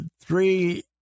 three